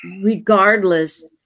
regardless